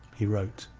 he wrote.